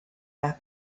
have